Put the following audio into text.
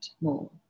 more